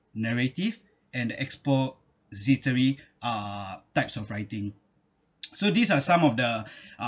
narrative and expository uh types of writing so these are some of the